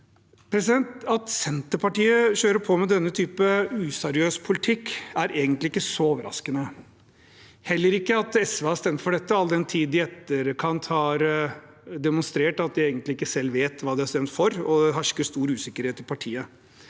At Senterpartiet kjører på med denne typen useriøs politikk, er egentlig ikke så overraskende, heller ikke at SV har stemt for dette, all den tid de i etterkant har demonstrert at de egentlig ikke selv vet hva de har stemt for, og det hersker stor usikkerhet i partiet.